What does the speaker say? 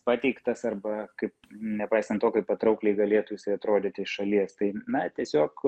pateiktas arba kaip nepaisant to kaip patraukliai galėtų atrodyti iš šalies tai na tiesiog